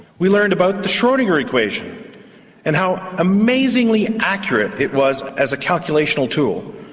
we learned about the schrodinger equation and how amazingly accurate it was as a calculational tool,